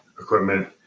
equipment